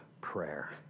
prayer